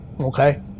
okay